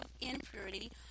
impurity